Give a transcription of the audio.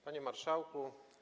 Panie Marszałku!